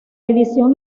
edición